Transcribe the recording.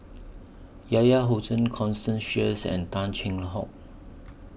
Yahya Cohen Constance Sheares and Tan Cheng Hock